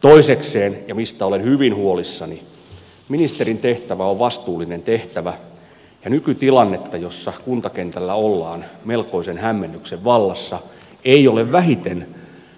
toisekseen mistä olen hyvin huolissani ministerin tehtävä on vastuullinen tehtävä ja nykytilanteessa jossa kuntakentällä ollaan melkoisen hämmennyksen vallassa eivät ole vähiten